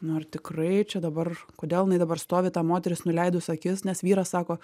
nu ar tikrai čia dabar kodėl jinai dabar stovi ta moteris nuleidus akis nes vyras sako